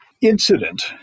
incident